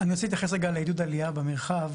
אני רוצה להתייחס רגע לעידוד עלייה במרחב,